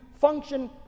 function